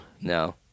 no